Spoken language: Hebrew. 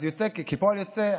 אז כפועל יוצא,